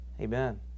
Amen